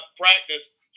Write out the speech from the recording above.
practice –